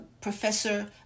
Professor